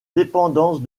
dépendance